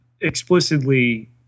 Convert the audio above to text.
explicitly